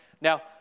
Now